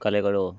ಕಲೆಗಳು